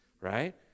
right